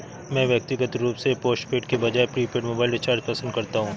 मैं व्यक्तिगत रूप से पोस्टपेड के बजाय प्रीपेड मोबाइल रिचार्ज पसंद करता हूं